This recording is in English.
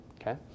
Okay